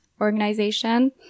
organization